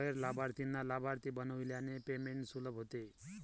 गैर लाभार्थीला लाभार्थी बनविल्याने पेमेंट सुलभ होते